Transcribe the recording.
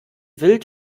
wild